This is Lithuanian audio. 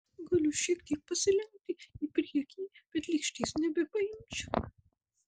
galiu šiek tiek pasilenkti į priekį bet lėkštės nebepaimčiau